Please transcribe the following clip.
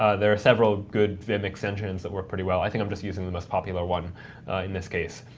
there are several good vim extensions that work pretty well. i think i'm just using the most popular one in this case,